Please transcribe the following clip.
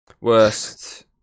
worst